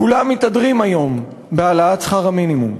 כולם מתהדרים היום בהעלאת שכר המינימום,